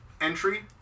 entry